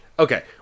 Okay